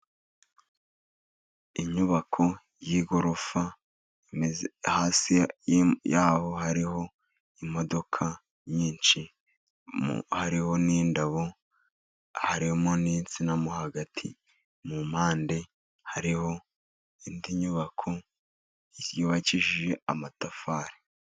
Iyubako y'igorofa hasi yaho hariho imodoka nyinshi, hariho n'indabo harimo n'insina, hagati mu mpande hariho indi nyubako yubakishije amatafari.